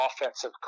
offensive